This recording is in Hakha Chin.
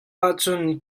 ahcun